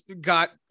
got